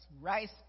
rice